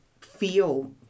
feel